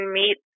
meet